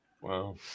Wow